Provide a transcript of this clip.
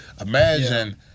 Imagine